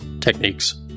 techniques